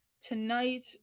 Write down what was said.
Tonight